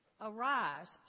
Arise